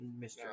Mr